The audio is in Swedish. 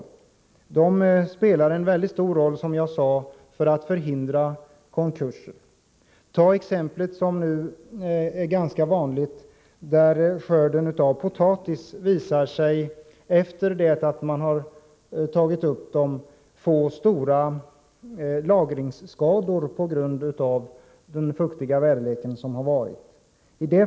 Bidragen spelar, som sagt, en stor roll för förhindrande av konkurser. Det har på många håll visat sig att potatisskörden minskat på grund av stora lagringsskador, vilka uppstått till följd av den fuktiga väderleken.